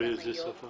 באיזו שפה הוא כתוב?